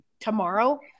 tomorrow